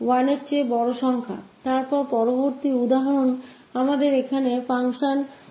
इसके बाद अगले उदाहरण के लिए function यहां है